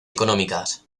económicas